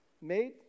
made